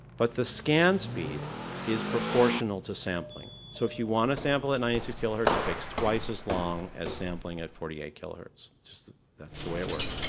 but the scan speed is proportional to sampling. so if you want to sample at ninety six kilohertz, it takes twice as long as sampling at forty eight kilohertz. just, that's the way it works.